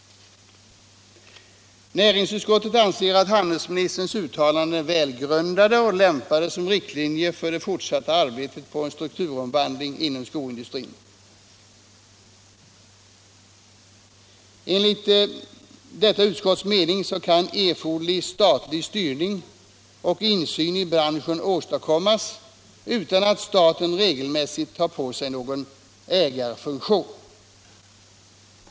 Näringsutskottet anser att handelsministerns uttalanden är välgrundade och lämpade som riktlinjer för det fortsatta arbetet på en strukturomvandling inom skoindustrin. Enligt utskottets mening kan erforderlig statlig styrning och insyn i branschen åstadkommas utan att staten regelmässigt tar på sig någon ägarfunktion.